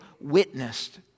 witnessed